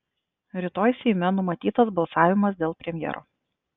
rytoj seime numatytas balsavimas dėl premjero